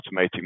automating